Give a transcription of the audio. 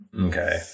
Okay